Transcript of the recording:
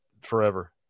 forever